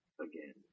again